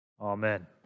Amen